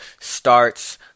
starts